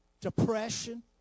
depression